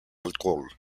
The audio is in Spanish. alcohol